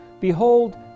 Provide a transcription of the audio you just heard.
Behold